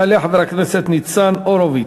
יעלה חבר הכנסת ניצן הורוביץ,